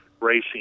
racing